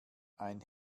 ein